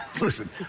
listen